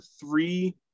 three